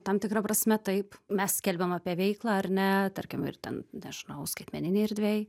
tam tikra prasme taip mes skelbiam apie veiklą ar ne tarkim ir ten nežinau skaitmeninėj erdvėj